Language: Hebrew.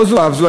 לא זו אף זו,